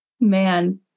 Man